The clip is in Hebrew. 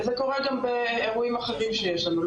וזה קורה גם באירועים אחרים שיש לנו,